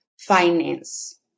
finance